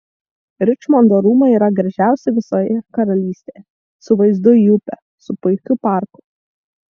ričmondo rūmai yra gražiausi visoje karalystėje su vaizdu į upę su puikiu parku